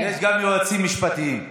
יש גם יועצים משפטיים.